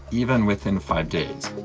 even within five days.